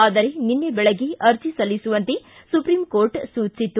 ಆದರೆ ನಿನ್ನೆ ಬೆಳಗ್ಗೆ ಅರ್ಜಿ ಸಲ್ಲಿಸುವಂತೆ ಸುಪ್ರೀಂ ಕೋರ್ಟ್ ಸೂಚಿಸಿತ್ತು